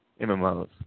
MMOs